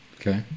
Okay